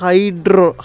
Hydro